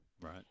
Right